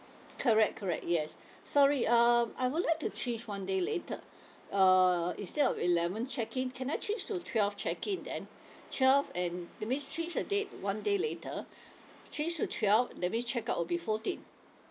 correct correct yes sorry um I would like to change one day later uh instead of eleven check in can I change to twelve check in then twelve and that means change the date one day later change to twelve that means check out will be fourteen